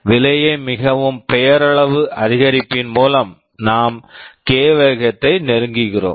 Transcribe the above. விலையை மிகவும் பெயரளவு அதிகரிப்பின் மூலம் நாம் K கே வேகத்தை நெருங்குகிறோம்